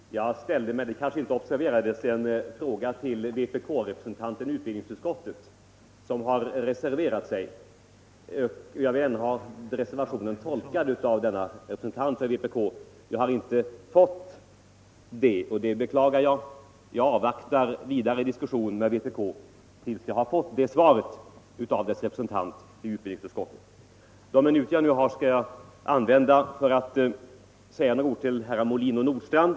Fru talman! Jag ställde — men det kanske inte observerades — en fråga till vpk-representanten i utbildningsutskottet som har reserverat sig. Jag ville ha den reservationen tolkad av denne reservant för vpk. Jag har inte fått det, och det beklagar jag. Jag avvaktar med vidare diskussion med vpk tills jag har fått det svaret av dess representant i utbildningsutskottet. De minuter jag nu har till mitt förfogande skall jag använda för att säga några ord till herrar Molin och Nordstrandh.